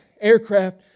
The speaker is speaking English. aircraft